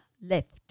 left